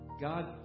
God